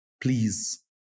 please